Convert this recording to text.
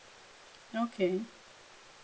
okay